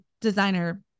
designer